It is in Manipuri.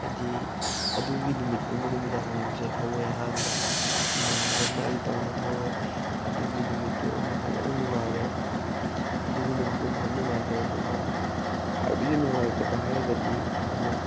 ꯍꯥꯏꯗꯤ ꯑꯗꯨꯒꯤ ꯅꯨꯃꯤꯠꯇꯨ ꯑꯃ ꯅꯨꯃꯤꯗꯥꯡ ꯋꯥꯏꯔꯝꯁꯦ ꯊꯧꯋꯦ ꯑꯍꯥꯟꯕ ꯏꯃꯥꯟꯅꯕ ꯑꯃ ꯑꯩ ꯇꯧꯔ ꯊꯧꯋꯦ ꯑꯗꯨꯒꯤ ꯅꯨꯃꯤꯠꯇꯨꯃ ꯐꯖꯅ ꯅꯨꯡꯉꯥꯏꯔꯦ ꯑꯗꯨꯒꯤ ꯅꯨꯃꯤꯠꯇꯨ ꯑꯃ ꯐꯖꯅ ꯅꯨꯡꯉꯥꯏꯔꯦ ꯑꯗꯨꯒ ꯈ꯭ꯋꯥꯏꯗꯒꯤ ꯅꯨꯡꯉꯥꯏꯇꯕ ꯍꯥꯏꯔꯒꯗꯤ ꯑꯃꯨꯛ